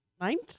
ninth